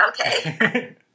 Okay